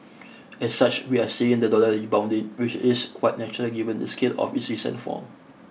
as such we are seeing the dollar rebounding which is quite natural given the scale of its recent fall